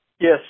Yes